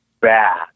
bad